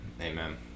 Amen